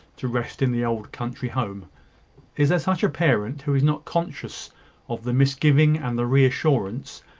to rest in the old country-home is there such a parent who is not conscious of the misgiving and the re-assurance,